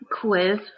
quiz